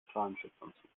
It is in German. strahlenschutzanzug